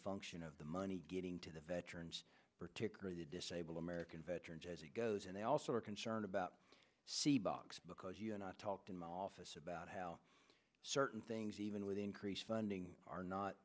function of the money getting to the veterans particularly the disabled american veterans as it goes and they also are concerned about see box because you and i talked in my office about how certain things even with increased funding are not